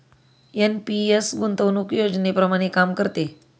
NPS गुंतवणूक योजनेप्रमाणे काम करते